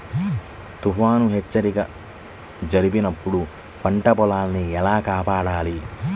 తుఫాను హెచ్చరిక జరిపినప్పుడు పంట పొలాన్ని ఎలా కాపాడాలి?